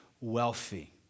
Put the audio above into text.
wealthy